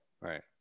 right